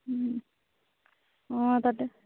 অঁ তাতে